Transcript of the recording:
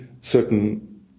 certain